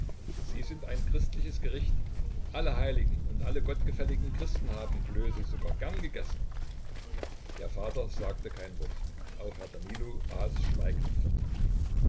sie sind ein christliches gericht alle heiligen und alle gottgefälligen christen haben klöße sogar gern gegessen der vater sagte kein wort auch herr danilo aß schweigend fort